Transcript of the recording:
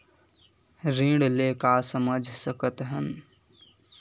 ऋण ले का समझ सकत हन?